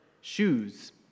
Shoes